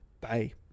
Bye